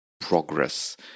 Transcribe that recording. progress